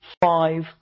five